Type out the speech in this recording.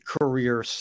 career